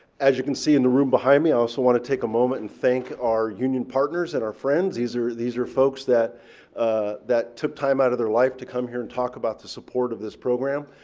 as you can see in the room behind me, i also want to take a moment and thank our union partners and our friends. these are these are folks that that took time out of their life to come here and talk about the support of this program.